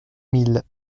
mille